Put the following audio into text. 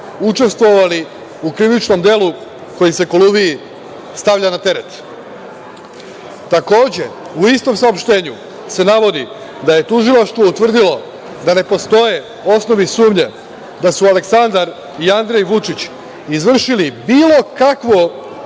učestvovali u krivičnom delu koji se Koluviji stavlja na teret. Takođe, u istom saopštenju se navodi da je Tužilaštvo utvrdilo da ne postoje osnove i sumnja da su Aleksandar i Andrej Vučić izvršili bilo kakvo